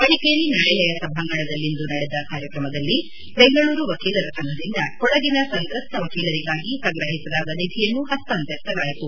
ಮಡಿಕೇರಿ ನ್ಯಾಯಾಲಯ ಸಭಾಂಗಣದಲ್ಲಿಂದು ನಡೆದ ಕಾರ್ಯಕ್ರಮದಲ್ಲಿ ಬೆಂಗಳೂರು ವಕೀಲರ ಸಂಘದಿಂದ ಕೊಡಗಿನ ಸಂಗ್ರಸ್ನ ವಕೀಲರಿಗಾಗಿ ಸಂಗ್ರಹಿಸಲಾದ ನಿಧಿಯನ್ನು ಪಸ್ತಾಂತರಿಸಲಾಯಿತು